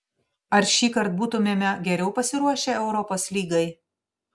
ar šįkart būtumėme geriau pasiruošę europos lygai